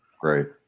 great